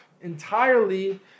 entirely